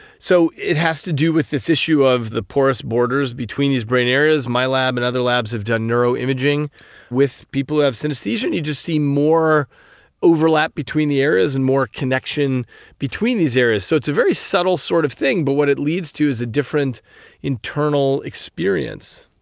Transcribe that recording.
so it has to do with this issue of the porous borders between these brain areas. my lab and other labs have done neuro-imaging with people who have synaesthesia and you just see more overlap between the areas and more connection between these areas. so it's a very subtle sort of thing, but what it leads to is a different internal experience.